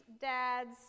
dad's